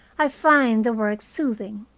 i find the work soothing.